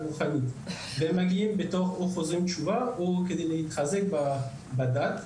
מגיעים כחוזרים בתשובה וכדי להתחזק בדת.